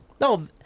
No